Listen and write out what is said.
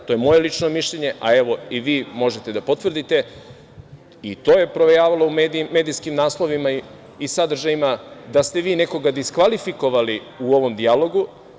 To je moje lično mišljenje, a evo i vi možete da potvrdite i to je provejavalo u medijskim naslovima i sadržajima, da ste vi nekoga diskvalifikovali u ovom dijalogu.